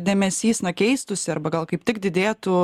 dėmesys na keistųsi arba gal kaip tik didėtų